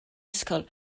ysgol